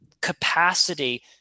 capacity